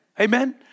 Amen